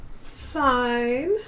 fine